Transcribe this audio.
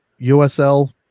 usl